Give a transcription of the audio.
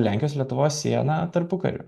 lenkijos lietuvos siena tarpukariu